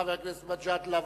חבר הכנסת מג'אדלה,